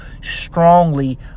strongly